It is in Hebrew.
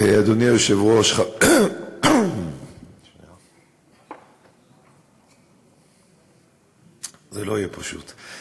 אדוני היושב-ראש, זה לא יהיה פשוט.